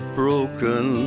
broken